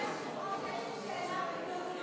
אדוני היושב-ראש,